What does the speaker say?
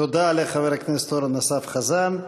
תודה לחבר הכנסת אורן אסף חזן.